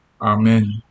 Amen